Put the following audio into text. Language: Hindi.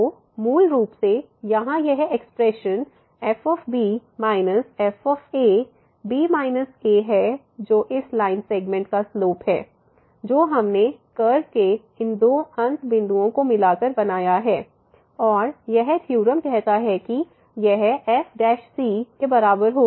तो मूल रूप से यहाँ यह expression f f b a है जो इस लाइन सेगमेंट का स्लोप है जो हमने कर्व के इन दो अंत बिंदुओं को मिलाकर बनाया है और यह थ्योरम कहता है कि यह f के बराबर होगा